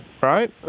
right